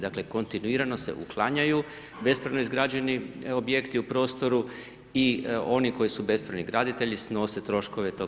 Dakle, kontinuirano se uklanjaju bespravno izgrađeni objekti u prostoru i oni koji su bespravni graditelji, snose troškove tog postupka.